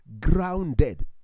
grounded